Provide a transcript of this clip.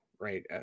right